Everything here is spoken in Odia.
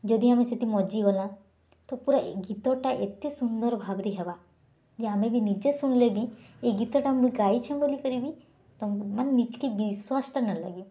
ଯଦି ଆମେ ସେଟି ମଜିଗଲା ତ ପୂରା ଗୀତଟା ଏତେ ସୁନ୍ଦର୍ ଭାବରେ ହେବା ଯେ ଆମେ ବି ନିଜେ ସୁନଲେ ବି ଏ ଗୀତଟା ମୁଇଁ ଗାଇଛେଁ ବୋଲିକରି ବି ମାନେ ନିଜକେ ବିଶ୍ୱାସ୍ ଟା ନାଇ ଲାଗି